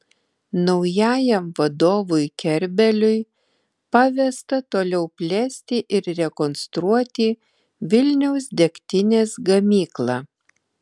naujajam vadovui kerbeliui pavesta toliau plėsti ir rekonstruoti vilniaus degtinės gamyklą